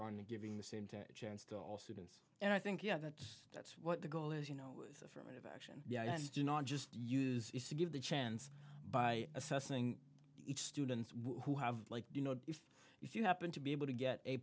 on giving the same to chance to all students and i think yeah that that's what the goal is you know action yeah do not just use it to give the chance by assessing each students who have like you know if you happen to be able to get a